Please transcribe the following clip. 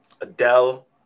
Adele